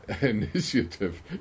Initiative